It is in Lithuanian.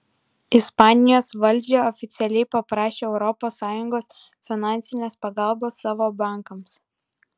ispanijos valdžia oficialiai paprašė europos sąjungos finansinės pagalbos savo bankams